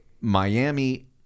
Miami